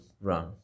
run